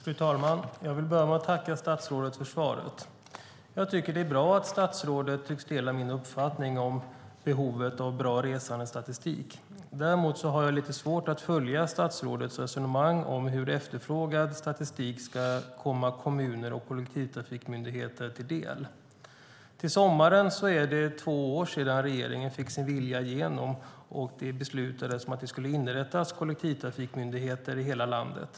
Fru talman! Jag vill börja med att tacka statsrådet för svaret. Jag tycker att det är bra att statsrådet tycks dela min uppfattning om behovet av bra resandestatistik. Däremot har jag lite svårt att följa statsrådets resonemang om hur efterfrågad statistik ska komma kommuner och kollektivtrafikmyndigheter till del. Till sommaren är det två år sedan regeringen fick sin vilja igenom och det beslutades att det skulle inrättas kollektivtrafikmyndigheter i hela landet.